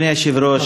אדוני היושב-ראש,